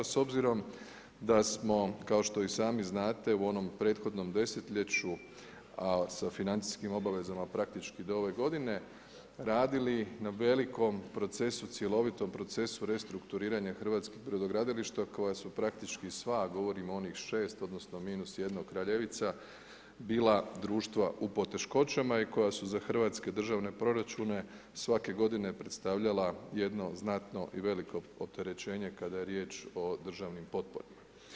S obzirom da smo kao što i sami znate u onom prethodnom desetljeću sa financijskim obavezama praktički do ove godine radili na velikom procesu, cjelovitom procesu restrukturiranja hrvatskih brodogradilišta koja su praktički sva, govorim o onih 6, odnosno minus jednom Kraljevica bila društva u poteškoćama i koja su za hrvatske državne proračune svake godine predstavljala jedno znatno i veliko opterećenje kada je riječ o državnim potporama.